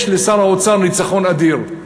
יש לשר האוצר ניצחון אדיר,